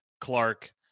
Clark